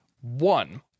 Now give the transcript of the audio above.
one